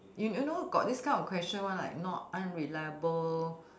you you know got this kind of question one like not unreliable